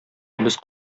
без